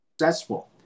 successful